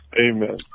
Amen